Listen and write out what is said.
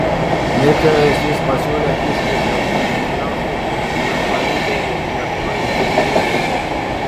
mirktelėjęs jis pasiūlė kiškiui šliaužte prišliaužti ir užvaryti eikliakojus gyvulėlius